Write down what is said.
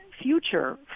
future